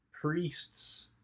priest's